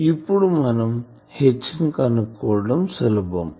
ఇప్పుడు మనం H ని కనుక్కోవటం సులభం